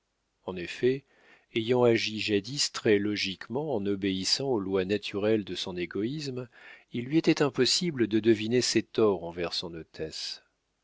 en effet ayant agi jadis très logiquement en obéissant aux lois naturelles de son égoïsme il lui était impossible de deviner ses torts envers son hôtesse